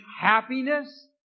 happiness